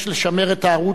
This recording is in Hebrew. יש לשמר את הערוץ.